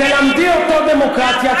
תלמדי דמוקרטיה.